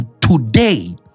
today